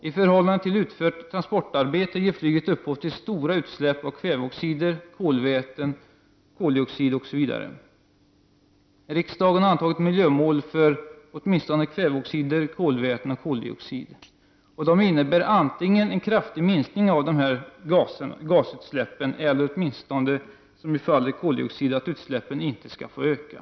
I förhållande till utfört transportarbete ger flyget upphov till stora utsläpp av kväveoxider, kolväten, koldioxid, osv. Riksdagen har antagit miljömål för åtminstone kväveoxider, kolväten och koldioxid, som innebär antingen en kraftig minskning av gasutsläppen eller åtminstone, som i fallet koldioxid, att utsläppen inte skall få öka.